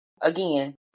again